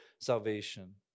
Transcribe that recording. salvation